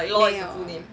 没有